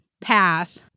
path